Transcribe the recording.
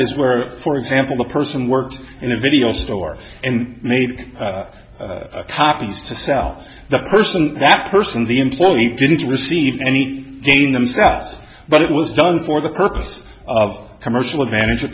is where for example the person worked in a video store and made copies to sell the person that person the employee didn't receive any in themselves but it was done for the purpose of commercial advantage of